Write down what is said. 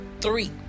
three